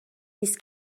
نیست